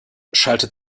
schaltet